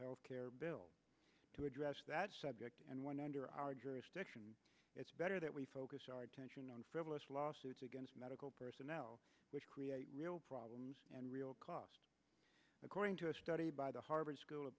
health care bill to address that subject and one under our jurisdiction it's better that we focus our attention on federal lawsuits against medical personnel which create real problems and real cost according to a study by the harvard school o